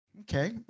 Okay